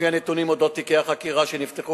לפי הנתונים על תיקי החקירה שנפתחו